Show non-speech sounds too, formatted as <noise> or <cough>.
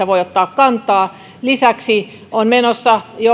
<unintelligible> voi ottaa kantaa lisäksi on jo menossa